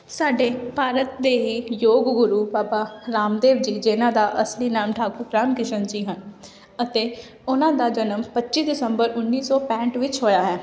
ਸਾਡੇ ਭਾਰਤ ਦੇ ਹੀ ਯੋਗ ਗੁਰੂ ਬਾਬਾ ਰਾਮਦੇਵ ਜੀ ਜਿਹਨਾਂ ਦਾ ਅਸਲੀ ਨਾਮ ਠਾਕੁਰ ਬ੍ਰਹਮ ਕਿਸ਼ਨ ਜੀ ਹਨ ਅਤੇ ਉਹਨਾਂ ਦਾ ਜਨਮ ਪੱਚੀ ਦਸੰਬਰ ਉੱਨੀ ਸੌ ਪੈਂਹਠ ਵਿੱਚ ਹੋਇਆ ਹੈ